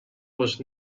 was